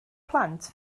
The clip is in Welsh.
plant